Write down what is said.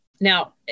Now